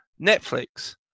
Netflix